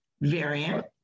variant